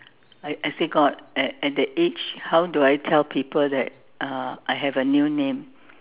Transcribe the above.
I I say God at at that age how do I tell people that uh I have a new name